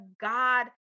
God